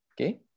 okay